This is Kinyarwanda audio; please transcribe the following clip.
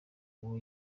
uwo